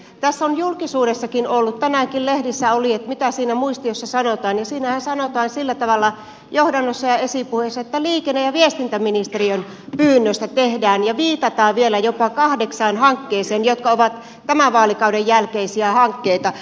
julkisuudessakin on ollut tänäänkin lehdissä oli mitä siinä muistiossa sanotaan ja siinähän sanotaan johdannossa ja esipuheessa sillä tavalla että liikenne ja viestintäministeriön pyynnöstä tehdään ja viitataan vielä jopa kahdeksaan hankkeeseen jotka ovat tämän vaalikauden jälkeisiä hankkeita